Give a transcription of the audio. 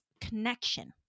connection